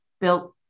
built